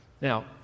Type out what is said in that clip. Now